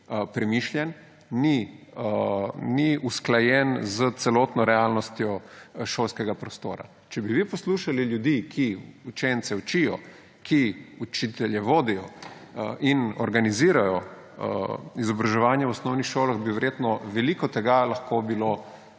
premišljen, ni usklajen s celotno realnostjo šolskega prostora. Če bi vi poslušali ljudi, ki učence učijo, ki učitelje vodijo in organizirajo izobraževanje v osnovnih šolah, bi verjetno veliko tega lahko bilo